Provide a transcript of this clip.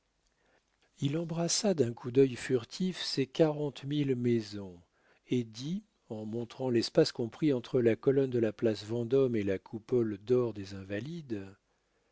il embrassa d'un coup d'œil furtif ces quarante mille maisons et dit en montrant l'espace compris entre la colonne de la place vendôme et la coupole d'or des invalides